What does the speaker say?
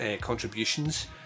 contributions